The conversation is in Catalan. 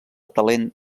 talent